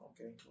okay